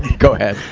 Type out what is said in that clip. go ahead.